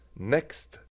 Next